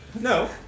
No